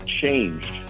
changed